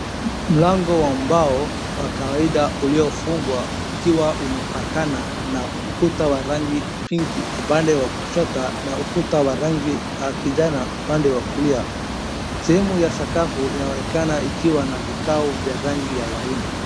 Mlango wa mbao wa kawaida uliofungwa ukiwa umepakana na ukuta wa rangi pinki upande wa kushoto na ukuta wa rangi wa kijani upande wa kulia. Sehemu ya sakafu inaonekana ikiwa na vikao vya rangi ya waridi.